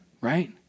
Right